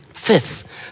Fifth